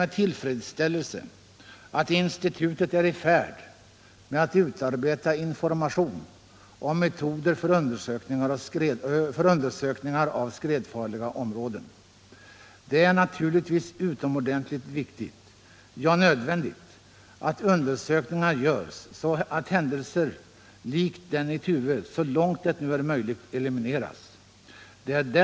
Det är naturligtvis utomordentligt viktigt, ja, nödvändigt att undersökningar görs så att riskerna för händelser, lika den i Tuve, så långt det nu är möjligt elimineras.